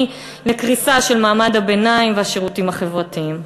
לקריסה של מעמד הביניים והשירותים החברתיים.